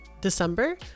december